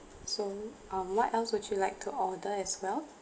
so um what else would you like to order as well